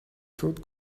food